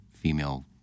female